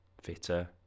fitter